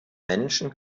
menschen